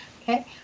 Okay